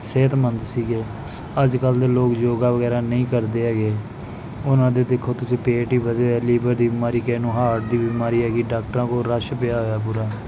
ਸਿਹਤਮੰਦ ਸੀਗੇ ਅੱਜ ਕੱਲ੍ਹ ਦੇ ਲੋਕ ਯੋਗਾ ਵਗੈਰਾ ਨਹੀਂ ਕਰਦੇ ਹੈਗੇ ਉਹਨਾਂ ਦੇ ਦੇਖੋ ਤੁਸੀਂ ਪੇਟ ਵੀ ਵਧੇ ਹੋਏ ਹੈ ਲੀਵਰ ਦੀ ਬਿਮਾਰੀ ਕਿਸੇ ਨੂੰ ਹਾਰਟ ਦੀ ਬਿਮਾਰੀ ਹੈਗੀ ਡਾਕਟਰਾਂ ਕੋਲ ਰਸ਼ ਪਿਆ ਹੋਇਆ ਪੂਰਾ